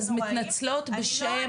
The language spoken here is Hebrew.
אז מתנצלות בשם